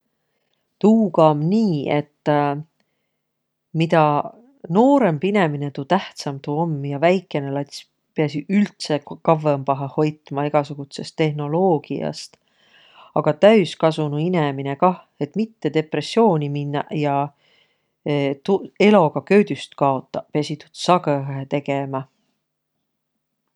Tuuga om nii, et midä noorõmb inemine, tuu tähtsämb tuu om. Ja väikene lats piäsiq üldse kavvõmbahe hoitma egäsugutsest tehnoloogiast. Aga täüskasunuq inemine kah, et mitte depressiooni minnäq ja tuu- eloga köüdüst kaotaq, piäsiq tuud sagõhõhe tegemä.